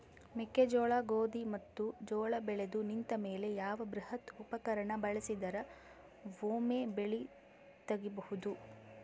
ಮೆಕ್ಕೆಜೋಳ, ಗೋಧಿ ಮತ್ತು ಜೋಳ ಬೆಳೆದು ನಿಂತ ಮೇಲೆ ಯಾವ ಬೃಹತ್ ಉಪಕರಣ ಬಳಸಿದರ ವೊಮೆ ಬೆಳಿ ತಗಿಬಹುದು?